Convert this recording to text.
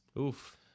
Oof